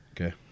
okay